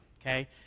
Okay